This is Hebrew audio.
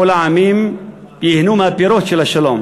כל העמים ייהנו מפירות השלום.